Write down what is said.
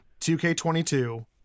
2k22